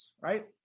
right